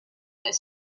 was